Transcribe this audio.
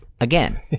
again